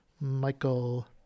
Michael